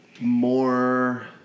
more